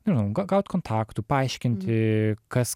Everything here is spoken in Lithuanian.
nežinau gaut kontaktų paaiškinti kas